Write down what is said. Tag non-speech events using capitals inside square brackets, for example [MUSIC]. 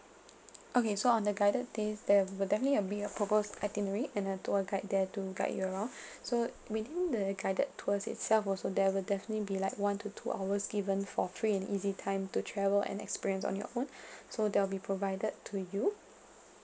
okay so on the guided days there will definitely uh be a proposed itinerary and a tour guide there to guide you around [BREATH] so within the guided tours itself also there will definitely be like one to two hours given for free and easy time to travel and experience on your own so that will be provided to you